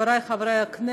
חברי חברי הכנסת,